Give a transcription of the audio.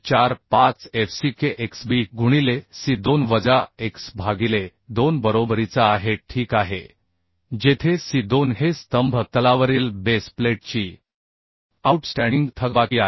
45fck xb गुणिले c2 वजा x भागिले 2 बरोबरीचा आहे ठीक आहे जेथे c 2 हे स्तंभ तलावरील बेस प्लेटची आऊटस्टँडिंग थकबाकी आहे